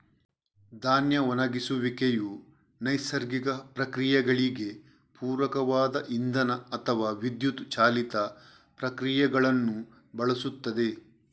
ಧಾನ್ಯ ಒಣಗಿಸುವಿಕೆಯು ನೈಸರ್ಗಿಕ ಪ್ರಕ್ರಿಯೆಗಳಿಗೆ ಪೂರಕವಾದ ಇಂಧನ ಅಥವಾ ವಿದ್ಯುತ್ ಚಾಲಿತ ಪ್ರಕ್ರಿಯೆಗಳನ್ನು ಬಳಸುತ್ತದೆ